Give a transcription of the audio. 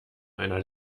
einer